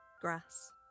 grass